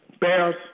Bears